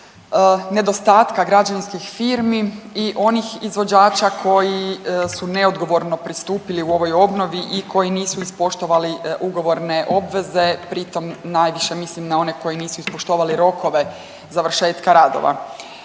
nedostatka građevinskih firmi i onih izvođača koji su neodgovorno pristupili u ovoj obnovi i koji nisu ispoštovali ugovorne obveze pritom najviše mislim na one koji nisu ispoštovali rokove završetka radova.